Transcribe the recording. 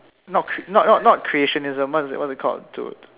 not cr~ not not creationism what is it what is it called to